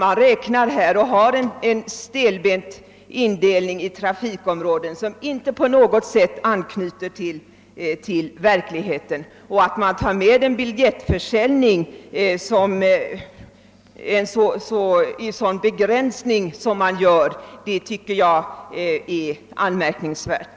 Man har en stelbent indelning i trafikområden, som inte på något sätt anknyter till verkligheten. Att ta med en så begränsad biljettförsäljning som har skett, tycker jag också är anmärkningsvärt.